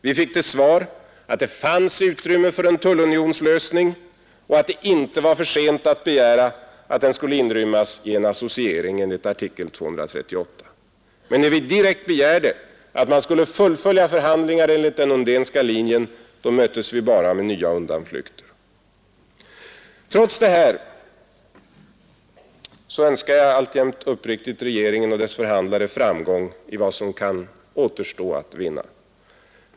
Vi fick till svar att det fanns utrymme för en tullunionslösning och att det inte var för sent att begära att den skulle inrymmas i en associering enligt artikel 238. Men när vi direkt begärde att man skulle fullfölja förhandlingar enligt den Undénska linjen möttes vi bara med nya undanflykter. Trots detta önskar jag alltjämt uppriktigt regeringen och dess förhandlare framgång i vad som kan återstå att vinna.